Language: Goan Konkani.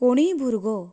कोणूय भुरगो